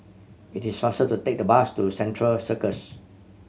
it is faster to take the bus to Central Circus